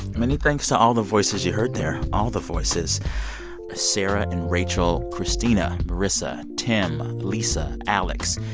many thanks to all the voices you heard there, all the voices sarah and rachel, christina, marisa, tim, lisa, alex,